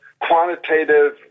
quantitative